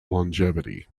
longevity